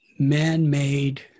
man-made